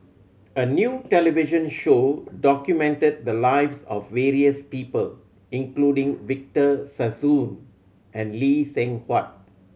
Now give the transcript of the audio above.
a new television show documented the lives of various people including Victor Sassoon and Lee Seng Huat